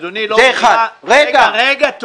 אדוני, לא --- רגע, רגע.